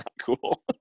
cool